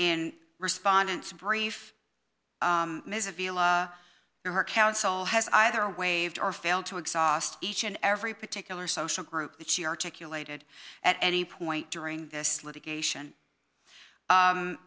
and respondents in brief in her counsel has either waived or failed to exhaust each and every particular social group that she articulated at any point during this litigation